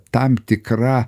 tam tikra